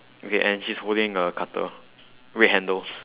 okay and she's holding a cutter red handles